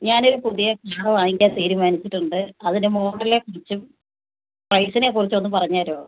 ഞാൻ ഒരു പുതിയ കാർ വാങ്ങിക്കാൻ തീരുമാനിച്ചിട്ടുണ്ട് അതിൻ്റെ മോഡലിനെക്കുറിച്ചും പ്രൈസിനെക്കുറിച്ചും ഒന്ന് പറഞ്ഞുതരുമോ